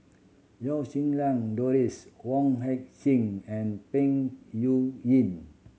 Lau Siew Lang Doris Wong Heck Sing and Peng